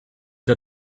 der